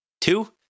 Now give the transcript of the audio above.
Two